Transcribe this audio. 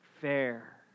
fair